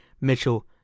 Mitchell